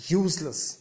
useless